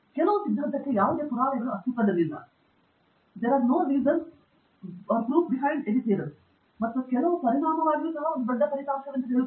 ಕೆಲವು ಸಿದ್ಧಾಂತಕ್ಕೆ ಯಾವುದೇ ಪುರಾವೆಗಳು ಅಸ್ತಿತ್ವದಲ್ಲಿಲ್ಲ ಅಥವಾ ಕೆಲವು ಪರಿಣಾಮವಾಗಿಯೂ ಸಹ ಒಂದು ದೊಡ್ಡ ಫಲಿತಾಂಶವೆಂದು ಹೇಳುತ್ತಿದ್ದಾರೆ